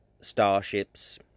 starships